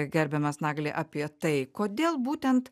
gerbiamas naglį apie tai kodėl būtent